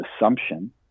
assumption